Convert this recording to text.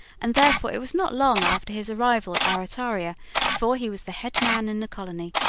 and therefore it was not long after his arrival at barrataria before he was the head man in the colony,